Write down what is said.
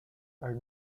are